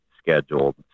scheduled